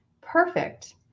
perfect